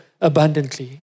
abundantly